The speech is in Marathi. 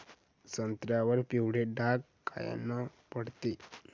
संत्र्यावर पिवळे डाग कायनं पडते?